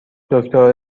دکتر